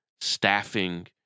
staffing